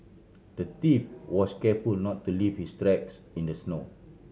the thief was careful not to leave his tracks in the snow